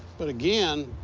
but again,